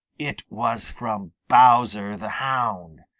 it was from bowser the hound.